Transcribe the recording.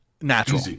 natural